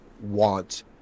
want